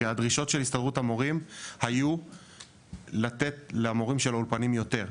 כי הדרישות של הסתדרות המורים היו לתת למורים של האולפנים יותר.